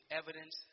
evidence